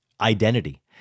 identity